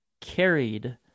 carried